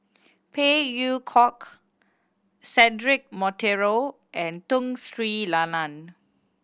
Phey Yew Kok Cedric Monteiro and Tun Sri Lanang